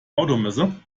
automesse